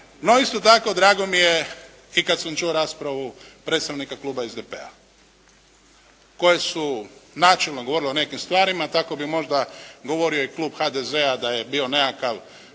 No isto tako drago mi je i kad sam čuo raspravu predstavnika kluba SDP-a koji su načelno govorili o nekim stvarima. Tako bi možda govorio i klub HDZ-a da je bilo pitanje